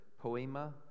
poema